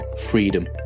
freedom